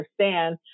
understand